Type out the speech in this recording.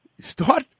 start